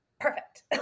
perfect